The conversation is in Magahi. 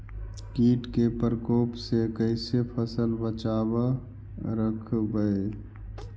कीट के परकोप से कैसे फसल बचाब रखबय?